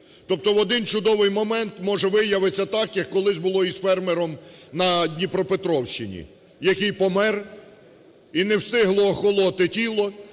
Тобто в один чудовий момент може виявитися так, як колись було із фермером на Дніпропетровщині, який помер, і не встигло охолонути тіло,